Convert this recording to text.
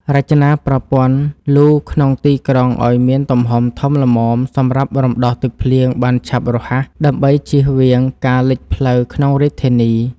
រចនាប្រព័ន្ធលូក្នុងទីក្រុងឱ្យមានទំហំធំល្មមសម្រាប់រំដោះទឹកភ្លៀងបានឆាប់រហ័សដើម្បីជៀសវាងការលិចផ្លូវក្នុងរាជធានី។